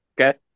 Okay